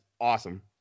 awesome